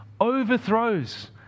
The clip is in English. overthrows